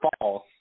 false